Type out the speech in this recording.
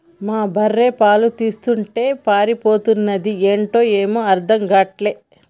మా బర్రె పాలు తీస్తుంటే పారిపోతన్నాది ఏంటో ఏమీ అర్థం గాటల్లే